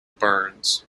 burns